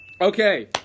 Okay